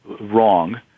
wrong